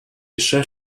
eisiau